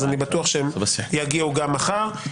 אני בטוח שהם יגיעו גם מחר.